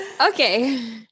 Okay